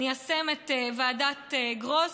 ניישם את ועדת גרוס.